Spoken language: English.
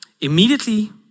Immediately